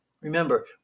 Remember